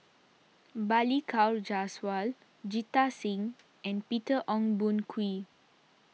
Balli Kaur Jaswal Jita Singh and Peter Ong Boon Kwee